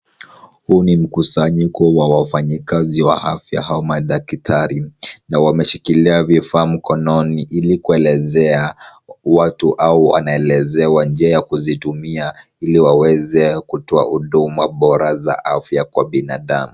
Huu ni mkusanyiko wa wafanyikazi wa afya au madaktari na wameshikilia vifaa mkononi ili kuelezea watu au wanaelezewa njia ya kuzitumia, ili waweze kutoa huduma bora za afya kwa binadamu.